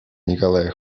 николая